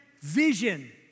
vision